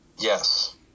yes